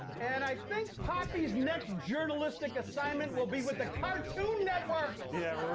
and i think poppy's next journalistic assignment will be with the cartoon network. yeah